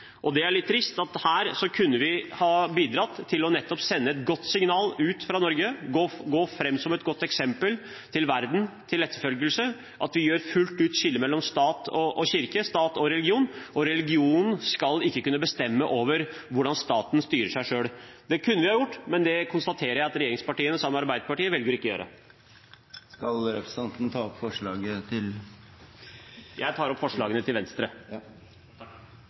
Det er litt trist, for her kunne vi ha bidratt til å sende et godt signal ut fra Norge. Vi kunne gått foran som et godt eksempel til etterfølgelse for verden ved at vi fullt ut gjør skillet mellom stat og kirke, stat og religion, slik at religionen ikke skal kunne bestemme over hvordan staten styrer seg selv. Det kunne vi ha gjort, men jeg konstaterer at regjeringspartiene sammen med Arbeiderpartiet velger ikke å gjøre det. Skal representanten ta opp forslagene? Jeg tar opp forslaget til Venstre